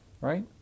right